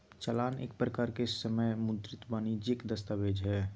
चालान एक प्रकार के समय मुद्रित वाणिजियक दस्तावेज हय